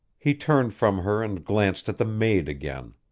he turned from her and glanced at the maid again.